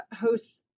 hosts